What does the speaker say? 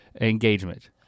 engagement